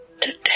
today